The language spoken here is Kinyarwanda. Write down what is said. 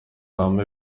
ruhame